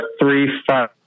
three-five